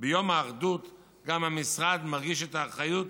ביום האחדות גם המשרד מרגיש את האחריות,